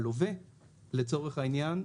הלווה לצורך העניין,